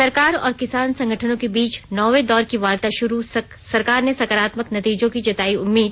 सरकार और किसान संगठनों के बीच नौवें दौर की वार्ता शुरू सरकार ने सकारात्मक नतीजों की जतायी उम्मीद